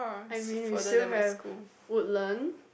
I mean we still have Woodland